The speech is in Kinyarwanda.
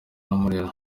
n’umuriro